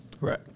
Right